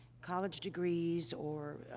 college degrees or,